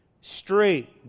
straight